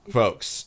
folks